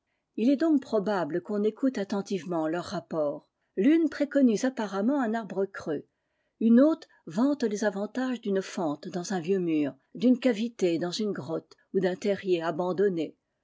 il est donc probable qu'on écoute attentivement leurs rapports l'une préconise apparemment un arbre creux une autre vante les avantages d'une fente dans un vieux mur d'une cavité dans une grotte ou d'un terrier abandonné